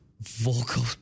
vocal